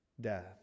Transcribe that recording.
death